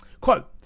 Quote